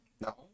No